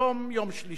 היום יום שלישי,